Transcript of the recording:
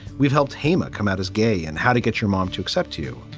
we've helped haima come out as gay and how to get your mom to accept you.